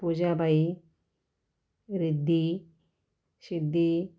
पूजाबाई रिद्दी शिद्दी